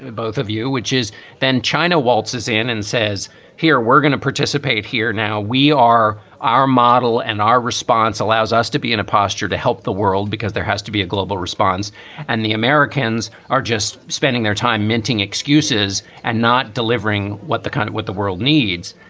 both of you, which is then china waltzes waltzes in and says here we're going to participate here. now we are our model and our response allows us to be in a posture to help the world because there has to be a global response and the americans are just spending their time minting excuses and not delivering what the kind of what the world needs,